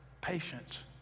patience